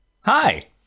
Hi